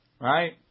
right